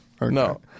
No